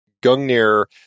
Gungnir –